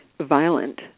violent